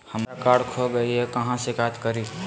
हमरा कार्ड खो गई है, कहाँ शिकायत करी?